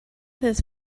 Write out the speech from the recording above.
his